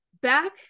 back